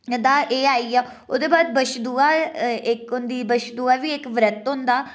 दा एह् आइया ओह्दे बाद बच्छ दुआ इक होंदी बच्छ दुआ बी इक व्रत होंदा